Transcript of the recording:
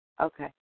Okay